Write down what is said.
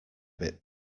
bit